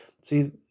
See